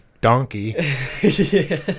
donkey